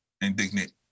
indignant